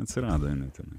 atsirado jinai tenai